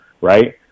right